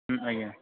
ଆଜ୍ଞା